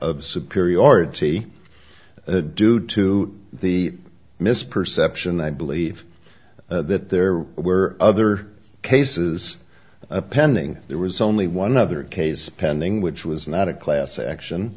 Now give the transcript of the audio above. of superiority due to the misperception i believe that there were other cases pending there was only one other case pending which was not a class action